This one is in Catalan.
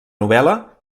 novel·la